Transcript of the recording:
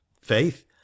faith